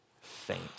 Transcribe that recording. faint